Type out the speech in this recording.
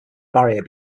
barrier